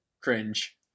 cringe